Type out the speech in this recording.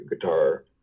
guitar